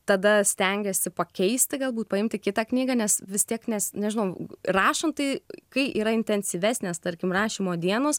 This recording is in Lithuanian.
tada stengiesi pakeisti galbūt paimti kitą knygą nes vis tiek nes nežinau rašant tai kai yra intensyvesnės tarkim rašymo dienos